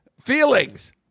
feelings